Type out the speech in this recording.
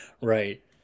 Right